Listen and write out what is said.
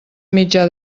mitjà